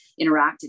interacted